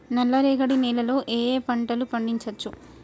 నల్లరేగడి నేల లో ఏ ఏ పంట లు పండించచ్చు?